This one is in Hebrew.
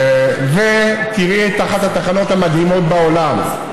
ותראי את אחת התחנות המדהימות בעולם,